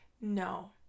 No